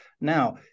now